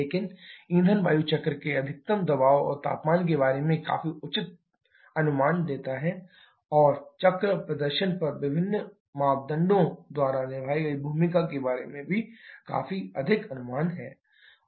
लेकिन ईंधन वायु चक्र चक्र के अधिकतम दबाव और तापमान के बारे में काफी उचित अनुमान देता है और चक्र प्रदर्शन पर विभिन्न मापदंडों द्वारा निभाई गई भूमिका के बारे में भी काफी उचित अनुमान है